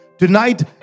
Tonight